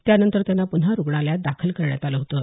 त्यानंतर त्यांना पुन्हा रुग्णालायात दाखल करण्यात आलं होतं